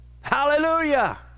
Hallelujah